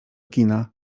kina